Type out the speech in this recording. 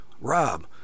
Rob